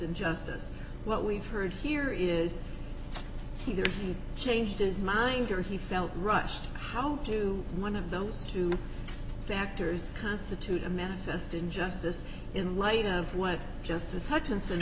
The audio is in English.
in justice what we've heard here is either he's changed his mind or he felt rushed how do one of those two factors constitute a manifest injustice in light of what justice hutchinson